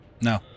No